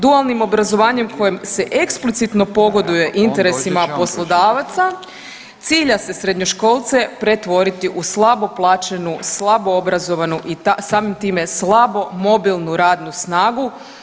Dualnim obrazovanjem kojim se eksplicitno pogoduje interesima poslodavaca cilja se srednjoškolce pretvoriti u slabo plaćenu, slabo obrazovanu i samim time slabo mobilnu radnu snagu.